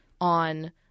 on